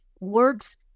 Works